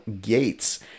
Gates